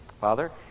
Father